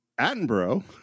Attenborough